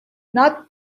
not